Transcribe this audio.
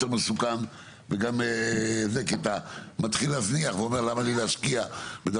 מסוכן כי אתה מזניח ואומר למה לי להשקיע.